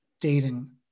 dating